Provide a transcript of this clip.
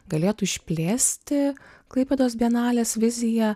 galėtų išplėsti klaipėdos bienalės viziją